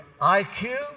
IQ